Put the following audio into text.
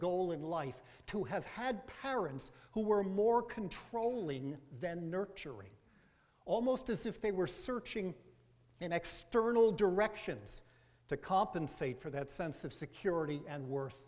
goal in life to have had parents who were more controlling then nurturing almost as if they were searching in external directions to compensate for that sense of security and worth